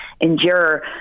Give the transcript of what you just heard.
endure